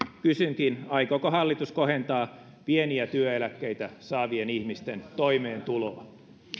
kysynkin aikooko hallitus kohentaa pieniä työeläkkeitä saavien ihmisten toimeentuloa